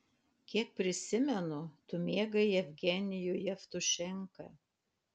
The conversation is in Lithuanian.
kiek prisimenu tu mėgai jevgenijų jevtušenką